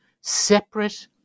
separate